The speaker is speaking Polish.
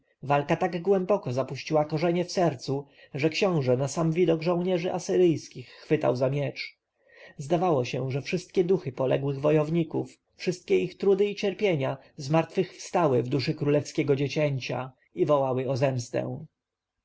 walka tak głębokie zapuściła korzenie w serca że książę na sam widok żołnierzy asyryjskich chwytał za miecz zdawało się że wszystkie duchy poległych wojowników wszystkie ich trudy i cierpienia zmartwychwstały w duszy królewskiego dziecięcia i wołały o zemstę